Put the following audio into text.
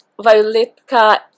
Violetka